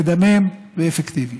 מדמם ואפקטיבי.